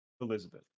Elizabeth